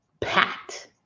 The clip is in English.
pat